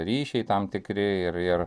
ryšiai tam tikri ir ir